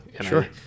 Sure